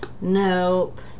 Nope